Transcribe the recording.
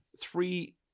three